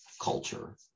culture